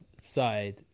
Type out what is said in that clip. side